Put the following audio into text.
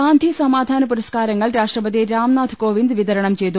ഗാന്ധി സമാധാന പുരസ്കാരങ്ങൾ രാഷ്ട്രപതി രാംനാഥ് കോവിന്ദ് വിതരണം ചെയ്തു